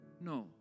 No